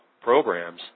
programs